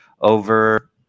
over